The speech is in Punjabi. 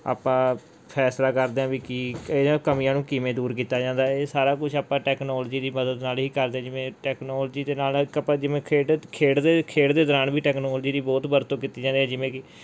ਆਪਾਂ ਫੈਸਲਾ ਕਰਦੇ ਹਾਂ ਵੀ ਕਿ ਇਨ੍ਹਾਂ ਕਮੀਆਂ ਨੂੰ ਕਿਵੇਂ ਦੂਰ ਕੀਤਾ ਜਾਂਦਾ ਇਹ ਸਾਰਾ ਕੁਛ ਆਪਾਂ ਟੈਕਨੋਲਜੀ ਦੀ ਮਦਦ ਨਾਲ ਹੀ ਕਰਦੇ ਜਿਵੇਂ ਟੈਕਨੋਲਜੀ ਦੇ ਨਾਲ ਇੱਕ ਆਪਾਂ ਜਿਵੇਂ ਖੇਡ ਖੇਡਦੇ ਖੇਡ ਦੇ ਦੌਰਾਨ ਵੀ ਟੈਕਨੋਲਜੀ ਦੀ ਬਹੁਤ ਵਰਤੋਂ ਕੀਤੀ ਜਾਂਦੀ ਹੈ ਜਿਵੇਂ ਕਿ